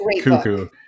cuckoo